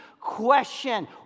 question